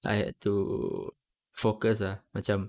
I had to focus ah macam